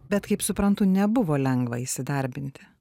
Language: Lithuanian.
bet kaip suprantu nebuvo lengva įsidarbinti